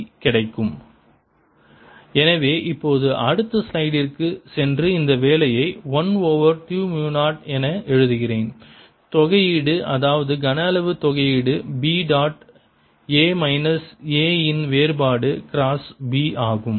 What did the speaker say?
AB எனவே இப்போது அடுத்த ஸ்லைடிற்குச் சென்று இந்த வேலையை 1 ஓவர் 2 மு 0 என எழுதுகிறேன் தொகையீடு அதாவது கன அளவு தொகையீடு B dot A minus A இன் வேறுபாடு கிராஸ் B ஆகும்